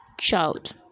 child